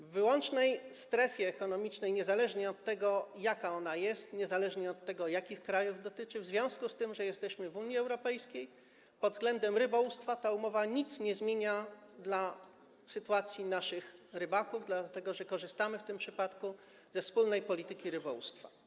W wyłącznej strefie ekonomicznej, niezależnie od tego, jaka ona jest, niezależnie od tego, jakich krajów to dotyczy, w związku z tym, że jesteśmy w Unii Europejskiej, pod względem rybołówstwa ta umowa w niczym nie zmienia sytuacji naszych rybaków, dlatego że w tym przypadku korzystamy ze wspólnej polityki rybołówstwa.